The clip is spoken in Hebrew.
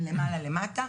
מלמעלה למטה,